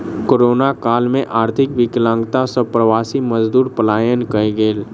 corona काल में आर्थिक विकलांगता सॅ प्रवासी मजदूर पलायन कय गेल